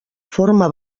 forma